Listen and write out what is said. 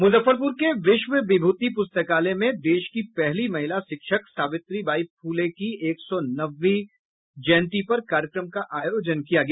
मुजफ्फरपुर के विश्वविभूति पुस्तकालय में देश की पहली महिला शिक्षक सावित्री बाई फुले की एक सौ नबवीं जयंती पर कार्यक्रम का आयोजन किया गया